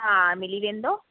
हा मिली वेंदो